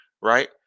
right